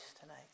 tonight